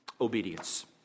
obedience